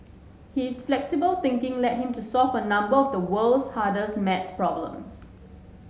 his flexible thinking led him to solve a number of the world's hardest maths problems